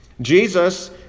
Jesus